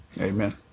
Amen